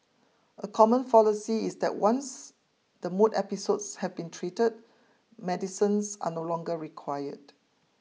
a common fallacy is that once the mood episodes have been treated medicines are no longer required